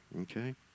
Okay